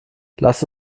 lass